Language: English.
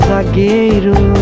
Zagueiro